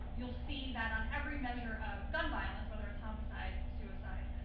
you'll see that on every measure of gun violence, whether it's homicide, suicide,